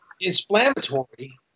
inflammatory